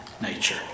nature